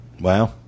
Wow